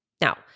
Now